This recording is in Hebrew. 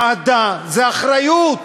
ועדה זאת אחריות,